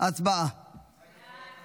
סעיפים 1